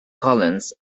collins